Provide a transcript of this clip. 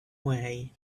way